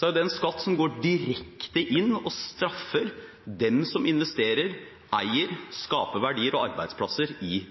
Det er en skatt som går direkte inn og straffer dem som investerer, eier og skaper verdier og arbeidsplasser i